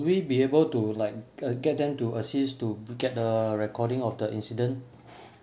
we be able to like uh get them to assist to get the recording of the incident